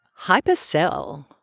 Hypercell